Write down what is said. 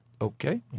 Okay